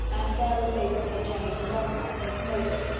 and there relate her journey to longbourn, its motive,